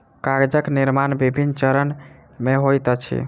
कागजक निर्माण विभिन्न चरण मे होइत अछि